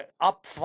up